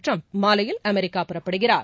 Trump மாலையில் America புறப்படுகிறார்